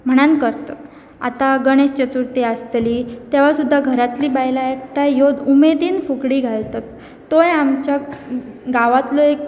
म्हणान करतात आतां गणेश चतुर्थी आसतली तेवा सुद्दा घरांतली बायलां एकठांय येवन उमेदीन फुगडी घालतात तोय आमच्या गांवांतलो एक